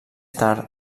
tard